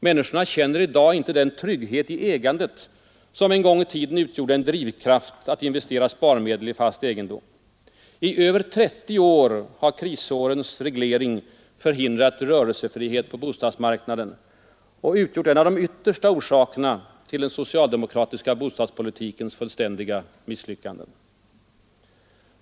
Människorna känner i dag inte den trygghet i ägandet som en gång i tiden utgjorde en drivkraft att investera sparmedel i fast egendom. I över 30 år har krisårens reglering förhindrat rörelsefrihet på bostadsmarknaden och utgjort en av de yttersta orsakerna till den socialdemokratiska bostadspolitikens fullständiga misslyckande.